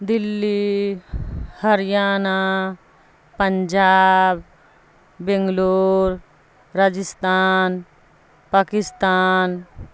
Delhi Haryana Punjab Bangalore Rajasthan Pakistan